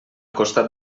costat